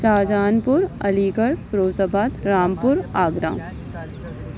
شاہجہان پور Aligarh Firozabad Rampur Agra